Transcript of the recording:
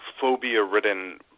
phobia-ridden